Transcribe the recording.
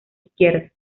izquierda